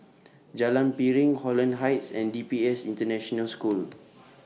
Jalan Piring Holland Heights and D P S International School